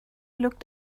looked